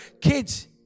Kids